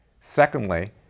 Secondly